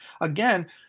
Again